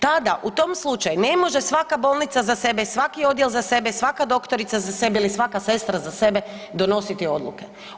Tada, u tom slučaju ne može svaka bolnica za sebe, svaki odjel za sebe, svaka doktorica za sebe i svaka sestra za sebe, donositi odluke.